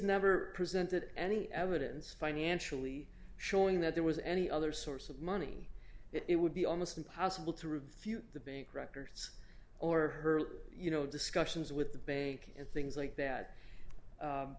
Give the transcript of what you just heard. never presented any evidence financially showing that there was any other source of money it would be almost impossible to refuse the bank records or her you know discussions with the bank and things like that